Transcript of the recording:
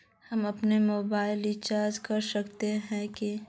हम अपना mobile recharge कर सकय हिये की?